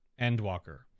endwalker